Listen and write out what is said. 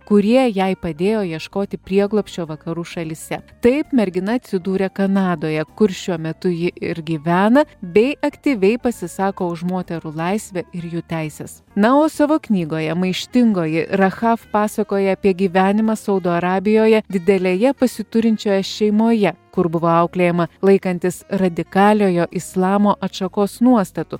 kurie jai padėjo ieškoti prieglobsčio vakarų šalyse taip mergina atsidūrė kanadoje kur šiuo metu ji ir gyvena bei aktyviai pasisako už moterų laisvę ir jų teises na o savo knygoje maištingoji rachaf pasakoja apie gyvenimą saudo arabijoje didelėje pasiturinčioje šeimoje kur buvo auklėjama laikantis radikaliojo islamo atšakos nuostatų